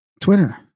Twitter